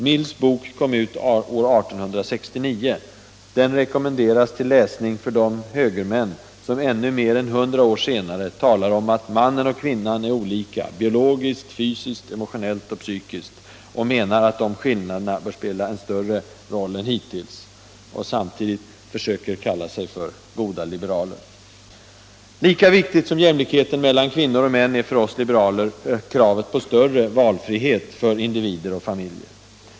Mills bok kom ut år 1869. Den rekommenderas till läsning för de högermän som ännu mer än 100 år senare talar om att mannen och kvinnan är olika biologiskt, fysiskt, emotionellt och psykiskt, och menar att de skillnaderna bör spela en större roll än hittills — och samtidigt försöker kalla sig goda liberaler. Lika viktigt som jämlikheten mellan kvinnor och män är för oss liberaler kravet på ökad valfrihet för individer och familjer.